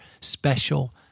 special